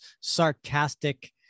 sarcastic